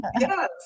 yes